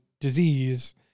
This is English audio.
disease